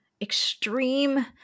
extreme